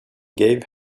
gave